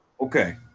Okay